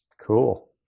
Cool